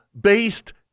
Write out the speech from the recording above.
based